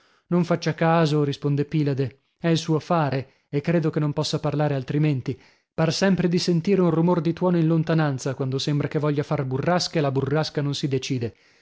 non faccia caso risponde pilade è il suo fare e credo che non possa parlare altrimenti par sempre di sentire un rumor di tuono in lontananza quando sembra che voglia far burrasca e la burrasca non si decide